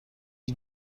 you